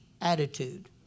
attitude